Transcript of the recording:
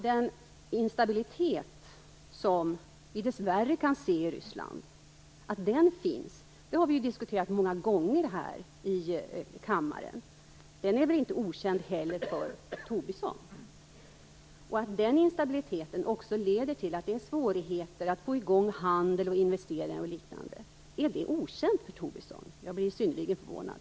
Den instabilitet som vi dessvärre kan se i Ryssland har vi ju diskuterat många gånger här i kammaren. Den är väl inte okänd heller för Tobisson? Är det okänt för Tobisson att den instabiliteten också leder till svårigheter att få i gång handel och investeringar och liknande? Jag blir synnerligen förvånad.